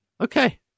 Okay